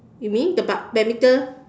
you mean the bad~ badminton